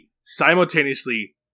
simultaneously